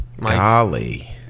Golly